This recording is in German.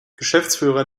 geschäftsführer